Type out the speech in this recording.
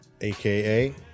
AKA